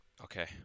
Okay